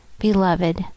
Beloved